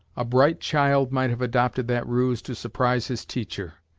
a bright child might have adopted that ruse to surprise his teacher.